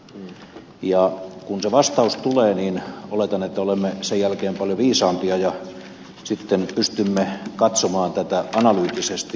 kun se vastaus tulee niin oletan että olemme sen jälkeen paljon viisaampia ja pystymme katsomaan tätä analyyttisesti